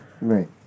right